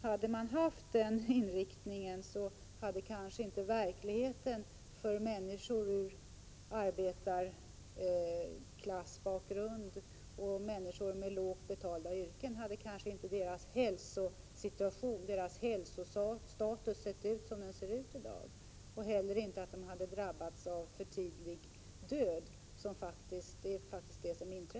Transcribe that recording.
Hade man haft den inriktningen skulle kanske inte verkligheten för människor med arbetarklassbakgrund och människor med lågt betalda yrken ha varit sådan som den är och deras hälsostatus inte sett ut som den gör i dag. De hade kanske inte heller drabbats av för tidig död, vilket faktiskt är fallet nu.